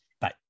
Bye